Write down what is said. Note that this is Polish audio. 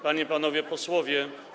Panie i Panowie Posłowie!